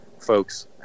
folks